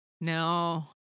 No